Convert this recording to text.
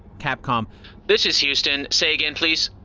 capcom this is houston. say again, please.